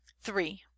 three